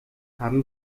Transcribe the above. haben